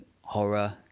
horror